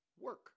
work